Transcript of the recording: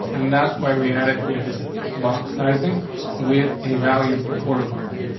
and that's why we added here just box sizing with a value of the border box.